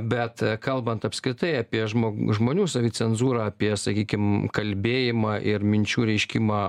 bet kalbant apskritai apie žmog žmonių savicenzūrą apie sakykim kalbėjimą ir minčių reiškimą